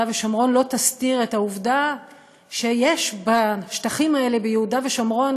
ושומרון" לא תסתיר את העובדה שיש בשטחים האלה ביהודה ושומרון